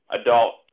adult